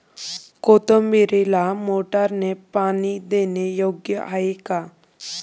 कोथिंबीरीला मोटारने पाणी देणे योग्य आहे का?